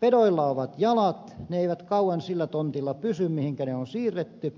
pedoilla on jalat ne eivät kauan sillä tontilla pysy mihinkä ne on siirretty